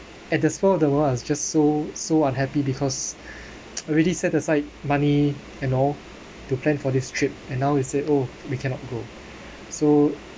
at this for all the world I was just so so unhappy because really set aside money and all to plan for this trip and now they say oh we cannot go so